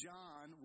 John